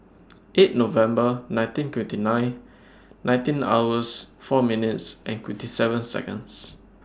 eight November nineteen twenty nine nineteen hours four minutes and twenty seven Seconds